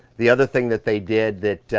the other thing that they did, that ah,